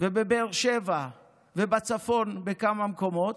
ובבאר שבע ובצפון בכמה מקומות.